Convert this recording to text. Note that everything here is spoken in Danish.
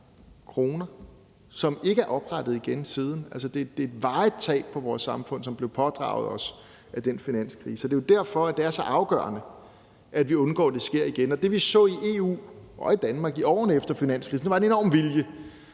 som ikke er oprettet igen siden, altså det er et varigt tab for vores samfund, som blev pådraget os af den finanskrise. Det er jo derfor, det er så afgørende, at vi undgår, at det sker igen. Og det, vi så i EU, og i Danmark, i årene efter finanskrisen, var en enorm vilje